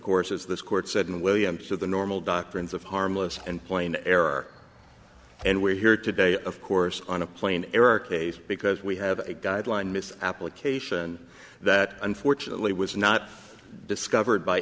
course as this court said in williams to the normal doctrines of harmless and plain error and we're here today of course on a plane error case because we have a guideline miss application that unfortunately was not discovered by